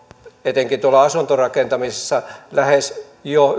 etenkin tuolla asuntorakentamisessa on jo